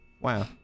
Wow